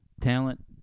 Talent